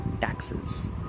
taxes